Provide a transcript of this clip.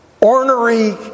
ornery